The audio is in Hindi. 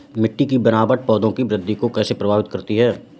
मिट्टी की बनावट पौधों की वृद्धि को कैसे प्रभावित करती है?